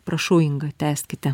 prašau inga tęskite